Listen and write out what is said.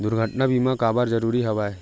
दुर्घटना बीमा काबर जरूरी हवय?